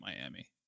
Miami